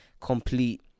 complete